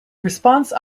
response